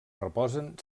reposen